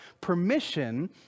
permission